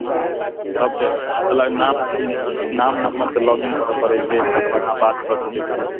सभकेँ अलग नाम नाम नम्बरसँ लॉगिन करऽ पड़ैत छै तकर बाद अहाँ बात कऽ सकैत छियै